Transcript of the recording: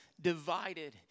divided